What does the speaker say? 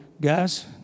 guys